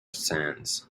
sands